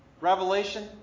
Revelation